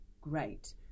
great